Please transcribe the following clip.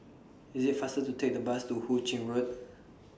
IS IT faster to Take The Bus to Hu Ching Road